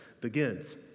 begins